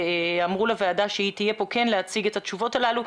אמרו לוועדה שהיא תהיה כאן כיד להציג את התשובות הללו.